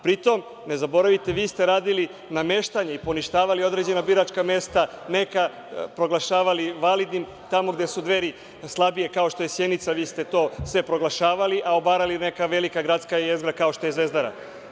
Pri tome, ne zaboravite, vi ste radili nameštanje i poništavali određena biračka mesta, neka proglašavali validnim, tamo gde u Dveri slabije, kao što je Sjenica, vi ste to sve proglašavali, a obarali neka velika gradska jezgra kao što je Zvezdara.